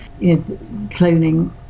cloning